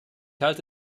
halte